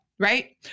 right